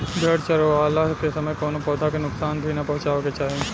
भेड़ चरावला के समय कवनो पौधा के नुकसान भी ना पहुँचावे के चाही